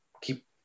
keep